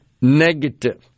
negative